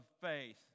faith